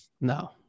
No